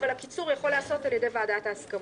אבל הקיצור יכול להיעשות על ידי ועדת ההסכמות.